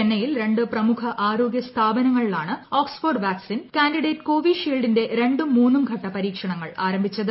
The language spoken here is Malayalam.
ചെന്നൈയിൽ രണ്ട് പ്രമുഖ് ആരോഗ്യ സ്ഥാപനങ്ങളിലാണ് ഓക ്സ്ഫോർഡ് വാക്സിൻ ട്ട് കാൻഡിഡേറ്റ് കോവിഷീൽഡിന്റെ രണ്ടും മൂന്നും ഘട്ട പരീക്ഷണങ്ങൾ ആരംഭിച്ചത്